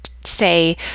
say